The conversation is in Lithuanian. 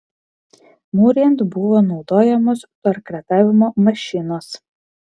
mūrijant buvo naudojamos torkretavimo mašinos